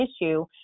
issue